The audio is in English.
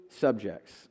subjects